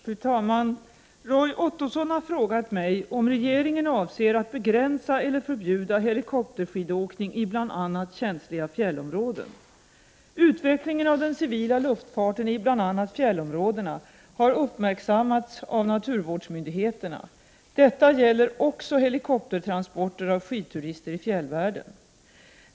Fru talman! Roy Ottosson har frågat mig om regeringen avser att begränsa eller förbjuda helikopterskidåkning i bl.a. känsliga fjällområden. Utvecklingen av den civila luftfarten i bl.a. fjällområdena har uppmärksammats av naturvårdsmyndigheterna. Detta gäller också helikoptertransporter av skidturister i fjällvärlden.